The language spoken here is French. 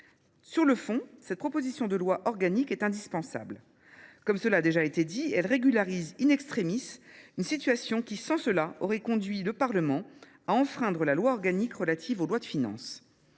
Sur le fond, cette proposition de loi organique est indispensable. Comme cela a été dit, elle permet de régulariser une situation qui aurait conduit le Parlement à enfreindre la loi organique relative aux lois de finances.